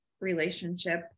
relationship